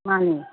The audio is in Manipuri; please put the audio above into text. ꯃꯥꯅꯤ